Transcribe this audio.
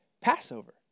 Passover